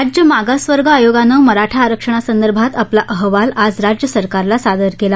राज्य मागासवर्ग आयोगानं मराठा आरक्षणासंदर्भात आपला अहवाल आज राज्य सरकारला सादर केला